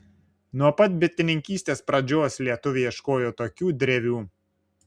nuo pat bitininkystės pradžios lietuviai ieškojo tokių drevių